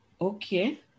Okay